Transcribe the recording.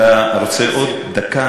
אתה רוצה עוד דקה?